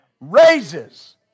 Raises